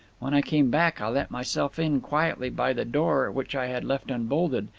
when i came back, i let myself in quietly by the door which i had left unbolted,